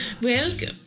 Welcome